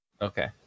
Okay